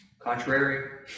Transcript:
Contrary